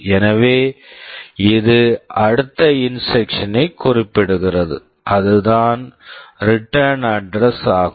எனவே இது அடுத்த இன்ஸ்ட்ரக்சன் instruction ஐ குறிப்பிடுகிறது அதுதான் ரிட்டர்ன் return அட்ரஸ் address ஆகும்